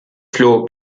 floh